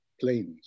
planes